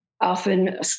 often